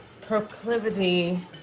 proclivity